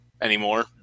anymore